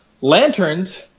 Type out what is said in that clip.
Lanterns